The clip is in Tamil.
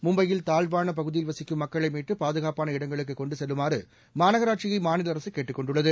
மும்பையில் தாழ்வான பகுதியில் வசிக்கும் மக்களை மீட்டு பாதுகாப்பான இடங்களுக்கு கொண்டு செல்லுமாறு மாநகராட்சியை மாநில அரசு கேட்டுக் கொண்டுள்ளது